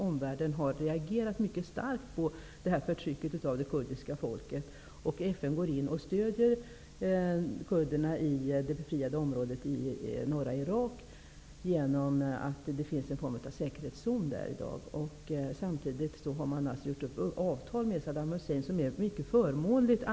Omvärlden har reagerat mycket starkt mot förtrycket av det kurdiska folket. FN går in och stöder kurderna i det befriade området i norra Irak så till vida att det finns en form av säkerhetszon där i dag. Samtidigt har man ingått avtal med Saddam Hussein som anses vara mycket förmånligt.